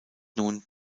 nun